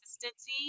consistency